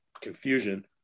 confusion